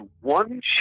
one